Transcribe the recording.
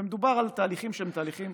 ומדובר על תהליכים שהם תהליכים